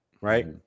Right